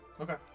Okay